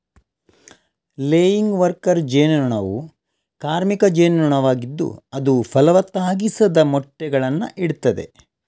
laying worker ಜೇನು ನೊಣವು ಕಾರ್ಮಿಕ ಜೇನು ನೊಣವಾಗಿದ್ದು ಅದು ಫಲವತ್ತಾಗಿಸದ ಮೊಟ್ಟೆಗಳನ್ನ ಇಡ್ತದೆ